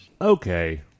Okay